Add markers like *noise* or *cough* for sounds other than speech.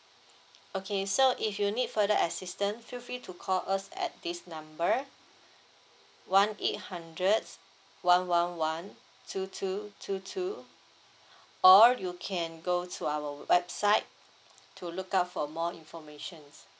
okay so if you need further assistant feel free to call us at this number one eight hundreds one one one two two two two *breath* or you can go to our website to look up for more information